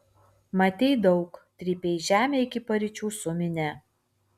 matei daug trypei žemę iki paryčių su minia